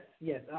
yes